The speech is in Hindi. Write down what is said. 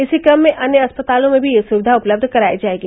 इसी क्रम में अन्य अस्पतालों में भी यह सुविधा उपलब्ध करायी जायेगी